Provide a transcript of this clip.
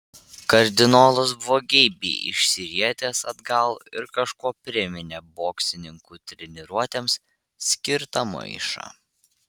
kardinolas buvo geibiai išsirietęs atgal ir kažkuo priminė boksininkų treniruotėms skirtą maišą